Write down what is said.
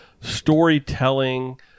storytelling